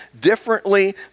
differently